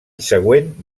següent